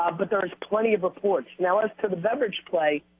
ah but there's plenty of reports. now as to the beverage play,